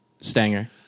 Stanger